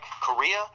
Korea